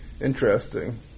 interesting